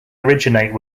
originate